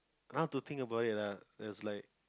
now to think about it ah there's like